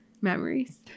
memories